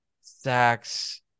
sex